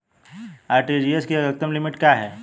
RTGS की अधिकतम limit क्या है?